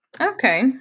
Okay